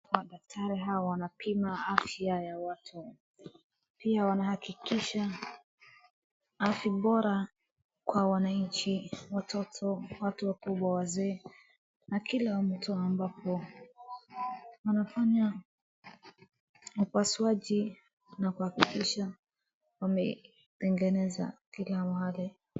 Kwa daktari hawa wanapima afya ya watu wote. Pia wanahakikisha afya bora kwa wananchi, watoto, watu wakubwa, wazee na kila mtu ambapo wanafanya upasuaji na kuhakikisha wametengeneza kila mahali.